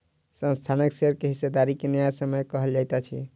संस्थानक शेयर के हिस्सेदारी के न्यायसम्य कहल जाइत अछि